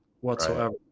whatsoever